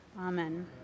Amen